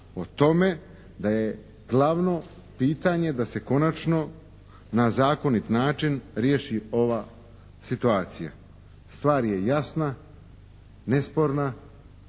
o tome da je glavno pitanje da se konačno na zakonit način riješi ova situacija. Stvar je jasna, nesporna